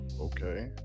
Okay